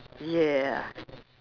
ya